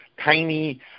tiny